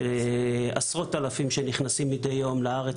יש עשרות אלפים שנכנסים מידי יום לארץ